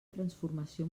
transformació